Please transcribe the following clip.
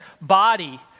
body